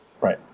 Right